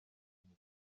afite